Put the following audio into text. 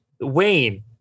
Wayne